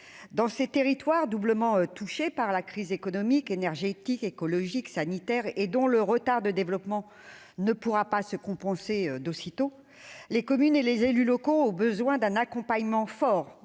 Dans ces territoires doublement affectés par la crise économique, énergétique, écologique, sanitaire, et dont le retard de développement ne pourra pas être compensé de sitôt, les communes et les élus locaux ont besoin d'un accompagnement fort